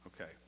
Okay